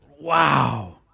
Wow